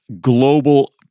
Global